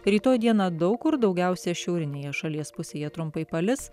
rytoj dieną daug kur daugiausia šiaurinėje šalies pusėje trumpai palis